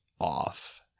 off